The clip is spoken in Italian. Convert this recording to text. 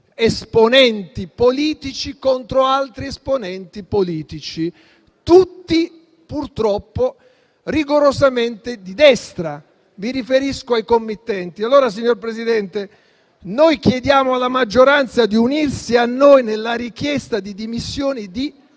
esponenti politici contro altri esponenti politici, tutti purtroppo rigorosamente di destra. E mi riferisco ai committenti. Allora, signor Presidente, chiediamo alla maggioranza di unirsi a noi nella richiesta di dimissioni di